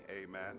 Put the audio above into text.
Amen